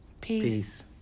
peace